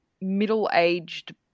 middle-aged